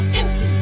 empty